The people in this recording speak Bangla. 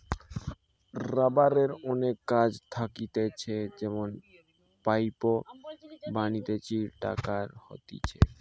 রাবারের অনেক কাজ থাকতিছে যেমন পাইপ বানাতিছে, টায়ার হতিছে